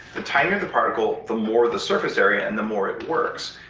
the tinier the particle, the more the surface area and the more it works.